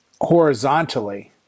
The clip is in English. horizontally